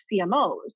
CMOs